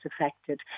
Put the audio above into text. affected